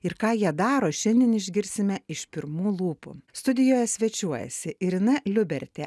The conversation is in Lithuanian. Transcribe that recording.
ir ką jie daro šiandien išgirsime iš pirmų lūpų studijoje svečiuojasi irina liubertė